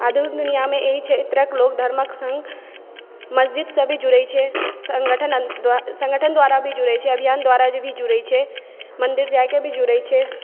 आधुनिक दुनिआमे एहि क्षेत्रक लोक धर्मक संग मस्जिद से भी जुड़ै छै संगठन संगठन द्वारा भी जुड़ै छै अभियान द्वारा भी जुड़ै छै मंदिर जाइके भी जुड़ै छै